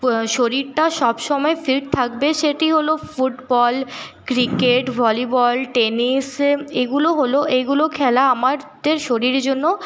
শরীরটা সবসময় ফিট থাকবে সেটি হলো ফুটবল ক্রিকেট ভলিবল টেনিস এগুলো হলো এগুলো খেলা আমাদের শরীরের জন্য